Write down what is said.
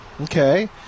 Okay